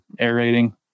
aerating